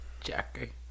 Jackie